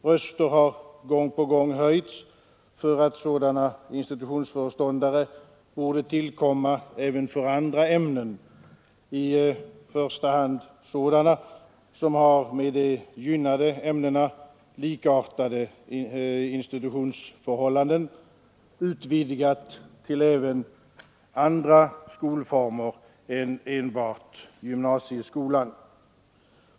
Röster har gång på gång höjts för att sådana institutionsföreståndare borde tillkomma för andra ämnen, i första hand sådana som har med de gynnade ämnena likartade institutionsförhållanden, och utvidgas till även andra skolformer än enbart gymnasieskolan.